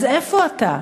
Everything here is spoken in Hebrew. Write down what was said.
אז איפה אתה?